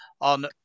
on